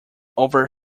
over